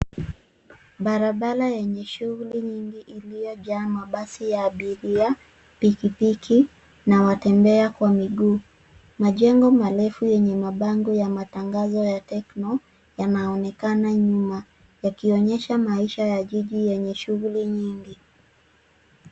Barabara yenye shughuli nyingi iliyojaa mabasi ya abiria, pikipiki, na watembea kwa miguu. Majengo marefu yenye mabango ya matangazo ya Tecno, yanaonekana nyuma, yakionyesha maisha ya jiji yenye shughuli nyingi.